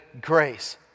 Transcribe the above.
grace